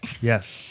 Yes